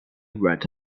red